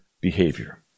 behavior